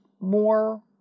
more